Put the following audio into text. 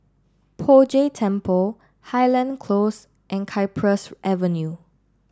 Poh Jay Temple Highland Close and Cypress Avenue